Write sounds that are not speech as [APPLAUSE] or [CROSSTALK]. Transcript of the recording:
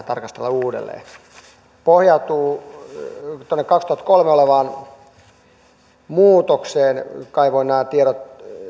[UNINTELLIGIBLE] tarkastella uudelleen se pohjautuu vuodelta kaksituhattakolme olevaan muutokseen kaivoin nämä tiedot